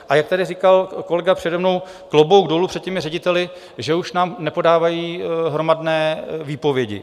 A jak tady říkal kolega přede mnou, klobouk dolů před těmi řediteli, že už nám nepodávají hromadné výpovědi.